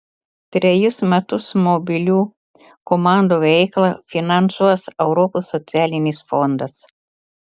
trejus metus mobilių komandų veiklą finansuos europos socialinis fondas